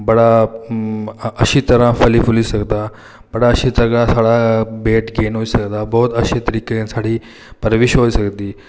बड़ा अच्छी तरह् फली फुल्ली सकदा बड़ा अच्छी तरह् साढ़ा वेट गेन होई सकदा बहुत अच्छे तरीके नै साढ़ी परवरिश होई सकदी